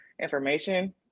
information